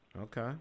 Okay